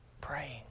praying